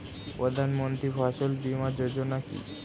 প্রধানমন্ত্রী ফসল বীমা যোজনা কি?